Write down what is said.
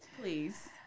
please